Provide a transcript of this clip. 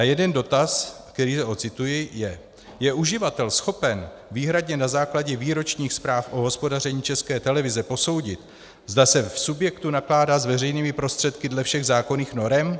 Jeden dotaz zde odcituji: Je uživatel schopen výhradně na základě výročních zpráv o hospodaření České televize posoudit, zda se v subjektu nakládá s veřejnými prostředky dle všech zákonných norem?